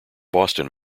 boston